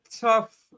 tough